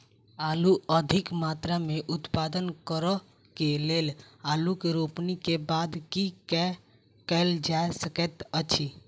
आलु अधिक मात्रा मे उत्पादन करऽ केँ लेल आलु केँ रोपनी केँ बाद की केँ कैल जाय सकैत अछि?